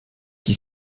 qui